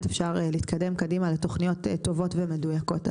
אפשר להתקדם קדימה לתכניות טובות ומדויקות.